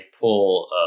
pull